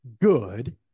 good